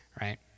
right